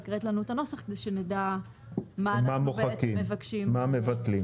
קראת את הנוסח כדי שנדע מה מתכוונים לבטל.